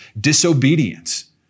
disobedience